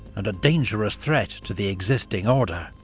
and a dangerous threat to the existing order.